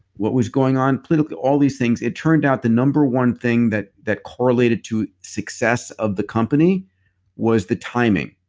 what was going on politically? all these things. it turns out the number one thing that that correlated to success of the company was the timing.